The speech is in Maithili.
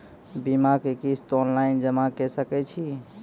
बीमाक किस्त ऑनलाइन जमा कॅ सकै छी?